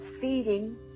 feeding